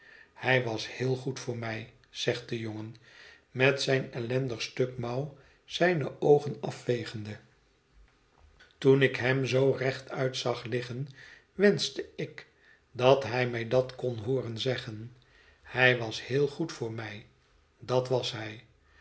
hij was heel goed voor mij zegt de jongen met zijn ellendig stuk mouw zijne oogen afvegende toen ik hém zoo rechtuit zag liggen wenschte ik dat hij mij dat kon hooren zeggen hij was heel goed voor mij dat was hij